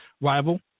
rival